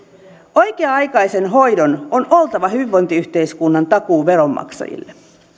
oikea aikaisen hoidon on oltava hyvinvointiyhteiskunnan takuu veronmaksajille